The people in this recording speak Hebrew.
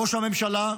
ראש הממשלה,